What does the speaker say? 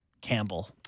Campbell